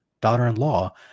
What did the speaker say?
daughter-in-law